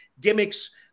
gimmicks –